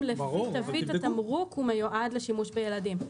לפי תווית התמרוק הוא מיועד לשימוש בילדים.